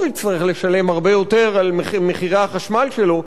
יצטרך לשלם הרבה יותר על החשמל שלו,